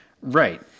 Right